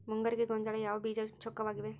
ಮುಂಗಾರಿಗೆ ಗೋಂಜಾಳ ಯಾವ ಬೇಜ ಚೊಕ್ಕವಾಗಿವೆ?